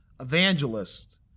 evangelist